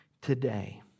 today